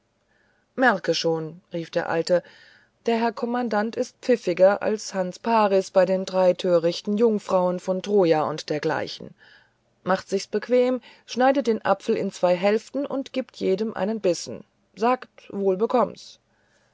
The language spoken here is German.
merke schon rief der alte der herr kommandant ist pfiffiger als hans paris bei den drei törichten jungfrauen von troja und dergleichen macht sich's bequem schneidet den apfel in zwei hälften und gibt jedem einen bissen sagt wohl bekomm's